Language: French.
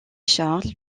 charles